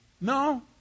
No